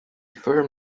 firm